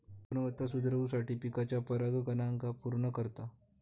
गुणवत्ता सुधरवुसाठी पिकाच्या परागकणांका पुर्ण करता